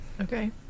okay